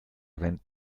rennt